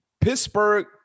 Pittsburgh